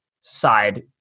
side